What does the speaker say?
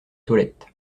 toilette